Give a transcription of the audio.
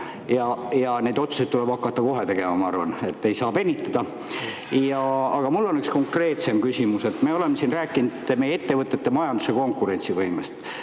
ja neid otsuseid tuleb hakata tegema kohe, ma arvan. Ei saa venitada. Aga mul on üks konkreetne küsimus. Me oleme siin rääkinud meie ettevõtete ja majanduse konkurentsivõimest.